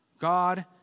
God